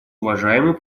уважаемый